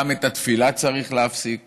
גם את התפילה צריך להפסיק